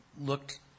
looked